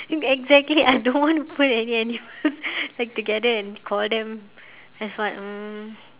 exactly I don't want to put any animals like together and call them as what uh